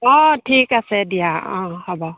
অঁ ঠিক আছে দিয়া অঁ হ'ব